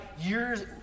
years –